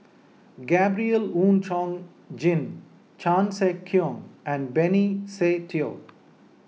Gabriel Oon Chong Jin Chan Sek Keong and Benny Se Teo